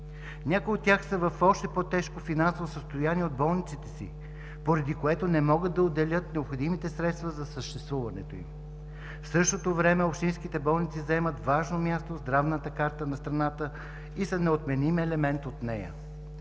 Някои от тях са в още по-тежко финансово състояние от болниците си, поради което не могат да отделят необходимите средства за съществуването им, а в същото време общинските болници заемат важно място в здравната карта на страната и са неотменим елемент от нея.